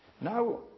Now